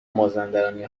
مازندرانی